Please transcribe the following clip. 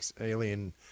alien